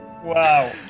Wow